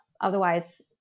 otherwise